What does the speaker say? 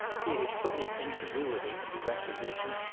he has put his ingenuity into requisition,